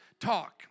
talk